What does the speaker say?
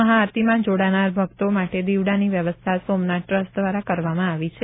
મહાઆરતીમાં જોડાનાર ભકતો માટે દીવડાની વ્યવસ્થા સોમનાથ ટ્રસ્ટ ધ્વારા કરવામાં આવી છે